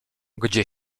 gdzie